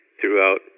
throughout